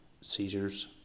seizures